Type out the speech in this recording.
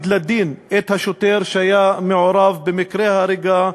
לדין את השוטר שהיה מעורב במקרה ההריגה.